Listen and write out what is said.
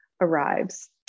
arrives